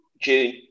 June